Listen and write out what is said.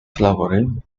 flowering